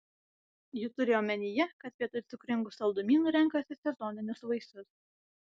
ji turi omenyje kad vietoj cukringų saldumynų renkasi sezoninius vaisius